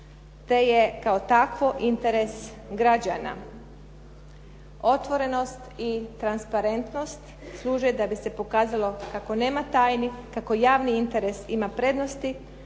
te je kao takvo interes građana, otvorenost i transparentnost služe da bi se pokazalo kako nema tajni, kako javni interes ima prednosti,